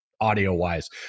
audio-wise